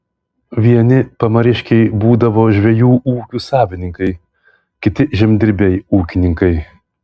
vieni pamariškiai būdavo žvejų ūkių savininkai kiti žemdirbiai ūkininkai